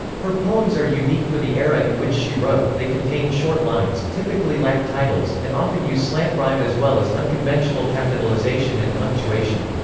her poems are unique for the era in which she wrote they contain short lines, typically lack titles, and often use slant rhyme as well as unconventional capitalization and punctuation.